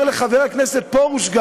ואני אומר גם לסגן השר פרוש: